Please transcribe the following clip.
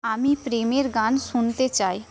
আমি প্রেমের গান শুনতে চাই